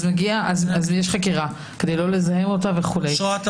יש חקירה כדי לא לזהם אותה וכו' --- אשרת,